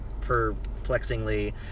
perplexingly